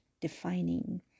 defining